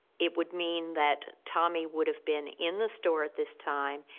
it would mean that tommy would have been in the store at this time.